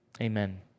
Amen